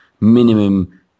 minimum